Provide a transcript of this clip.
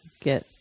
get